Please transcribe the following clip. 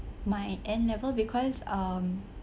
my N level because um